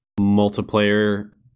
multiplayer